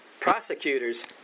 Prosecutors